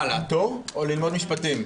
מה, לעתור או ללמוד משפטים?